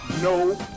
no